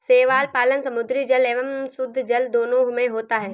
शैवाल पालन समुद्री जल एवं शुद्धजल दोनों में होता है